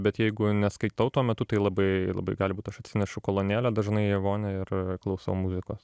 bet jeigu neskaitau tuo metu tai labai labai gali būt aš atsinešu kolonėlę dažnai į vonią ir klausau muzikos